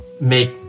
make